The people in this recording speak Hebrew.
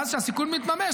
ואז כשהסיכון מתממש,